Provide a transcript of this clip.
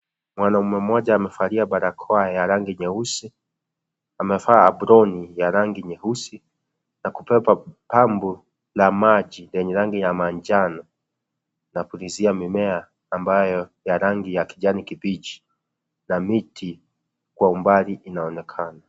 Mwanaume mmoja amevalia barakoa ya rangi nyeusi amevaa aproni ya rangi nyeusi na kubeba pampu la maji lenye rangi ya manjano anapulizia mimea ambayo ni ya rangi ya kijani kibichi na miti kwa umbali inaonekana.